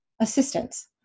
assistance